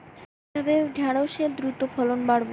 কিভাবে ঢেঁড়সের দ্রুত ফলন বাড়াব?